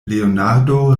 leonardo